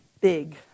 big